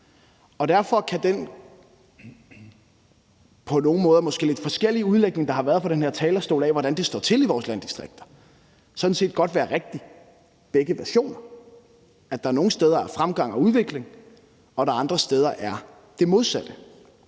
på nogle måder måske lidt forskellige udlægninger, der har været på den her talerstol, af, hvordan det står til i vores landdistrikter, sådan set godt være rigtige. Begge versioner kan være rigtige, for nogle steder er der fremgang og udvikling, hvorimod der andre steder er det modsatte.